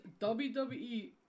WWE